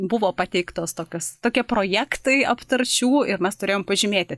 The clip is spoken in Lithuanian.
buvo pateiktos tokios tokie projektai aptarčių ir mes turėjom pažymėti